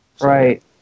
Right